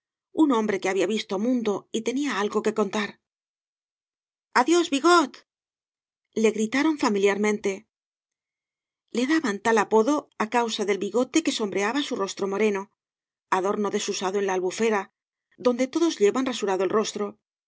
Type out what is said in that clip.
un hombre que había visto mundo y tenía algo que contar adiós bigdtl le gritaron familiarmente le daban tal apodo á causa del bigote que som breaba su rostro moreno adorno desusado en la albufera donde todos llevan rasurado el rostro